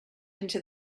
into